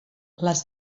les